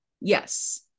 Yes